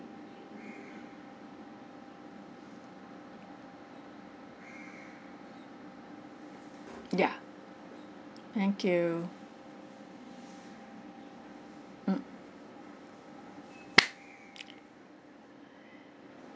ya thank you mm